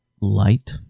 light